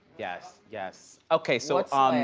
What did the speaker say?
yes, yes. okay, so what's um yeah